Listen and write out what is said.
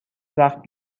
زخم